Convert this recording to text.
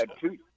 two